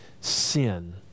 sin